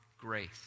grace